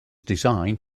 designed